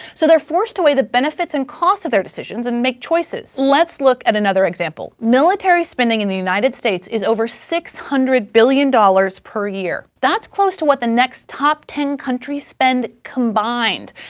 so they're forced to weigh the benefits and costs of their decisions and make choices. let's look at another example. military spending in the united states is over six hundred billion dollars per year, that's close to what the next top ten countries spend combined.